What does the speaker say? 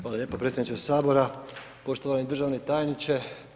Hvala lijepo predsjedniče Sabora, poštovani državni tajniče.